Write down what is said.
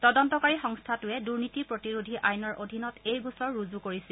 তদন্তকাৰী সংস্থাটোৱে দুৰ্নীতি প্ৰতিৰোধী আইনৰ অধীনত এই গোচৰ ৰুজু কৰিছিল